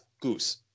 Goose